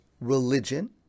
religion